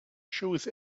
shoes